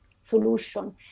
solution